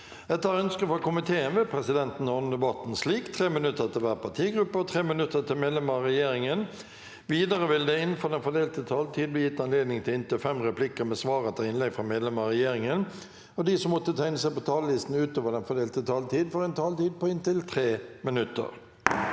og kommunikasjonskomiteen vil presidenten ordne debatten slik: 3 minutter til hver partigruppe og 3 minutter til medlemmer av regjeringen. Videre vil det – innenfor den fordelte taletid – bli gitt anledning til inntil fem replikker med svar etter innlegg fra medlemmer av regjeringen, og de som måtte tegne seg på talerlisten utover den fordelte taletid, får også en taletid på inntil 3 minutter.